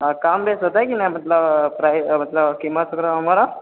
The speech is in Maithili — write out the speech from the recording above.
कम बेस होतै की नहि मतलब कितम आम अरऽ